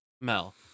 Mel